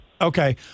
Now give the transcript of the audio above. Okay